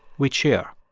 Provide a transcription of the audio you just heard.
we cheer.